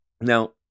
Now